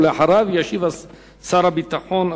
ואחריו ישיב שר הביטחון,